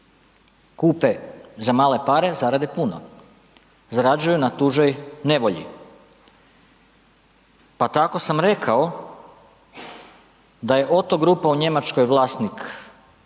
Kupe za male pare, zarade puno, zarađuju na tuđoj nevolji. Pa tako sam rekao da je OTTO grupa u Njemačkoj vlasnih